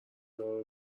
دار